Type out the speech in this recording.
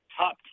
top